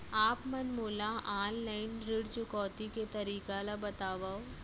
आप मन मोला ऑनलाइन ऋण चुकौती के तरीका ल बतावव?